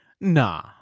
Nah